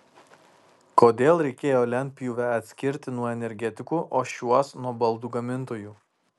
kodėl reikėjo lentpjūvę atskirti nuo energetikų o šiuos nuo baldų gamintojų